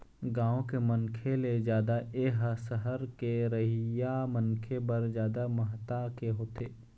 गाँव के मनखे ले जादा ए ह सहर के रहइया मनखे बर जादा महत्ता के होथे